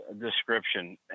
description